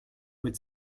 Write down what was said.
would